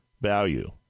value